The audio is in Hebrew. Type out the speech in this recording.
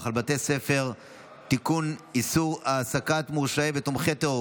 רבותיי חברי הכנסת,